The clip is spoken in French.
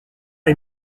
est